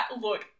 look